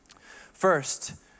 First